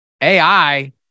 AI